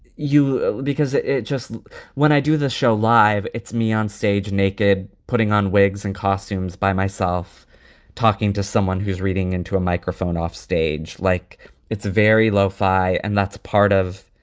you, because it it just when i do the show live, it's me onstage, naked, putting on wigs and costumes by myself talking to someone who is reading into a microphone off stage like it's very low fi. and that's part of.